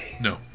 No